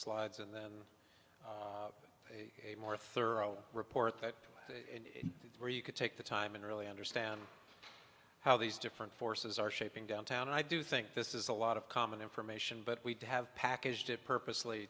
slides and then a more thorough report that where you could take the time and really understand how these different forces are shaping downtown i do think this is a lot of common information but we have packaged it purposely